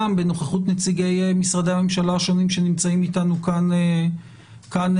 גם בנוכחות נציגי משרדי הממשלה השונים שנמצאים איתנו כאן בזום,